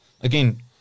again